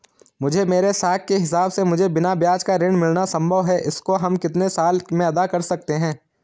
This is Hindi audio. मुझे मेरे साख के हिसाब से मुझे बिना ब्याज का ऋण मिलना संभव है इसको हम कितने साल में अदा कर सकते हैं?